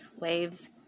waves